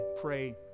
pray